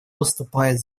выступает